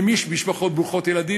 למי יש משפחות ברוכות ילדים?